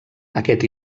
aquest